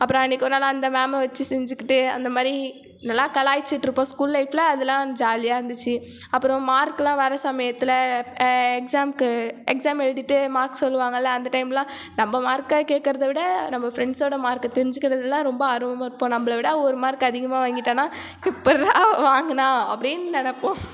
அப்புறம் அன்றைக்கி ஒருநாள் அந்த மேமை வச்சி செஞ்சுக்கிட்டு அந்த மாதிரி நல்லா கலாய்ச்சிட்ருப்போம் ஸ்கூல் லைஃப்பில் அதலாம் ஜாலியாக இருந்துச்சு அப்புறம் மார்க்குலாம் வர சமயத்தில் எக்ஸாம்க்கு எக்ஸாம் எழுதிட்டு மார்க் சொல்லுவாங்கல்ல அந்த டைம்லாம் நம்ம மார்க்கை கேக்கறத விட நம்ம ஃப்ரெண்ட்ஸோடய மார்க்கை தெரிஞ்சுக்கிறதுல்லாம் ரொம்ப ஆர்வமாக இருப்போம் நம்மள விட அவள் ஒரு மார்க் அதிகமாக வாங்கிட்டாள்னா எப்புடிறா அவள் வாங்கினா அப்படினு நினப்போம்